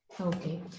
Okay